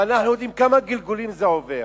ואנחנו יודעים כמה גלגולים זה עובר,